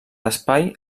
espai